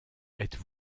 êtes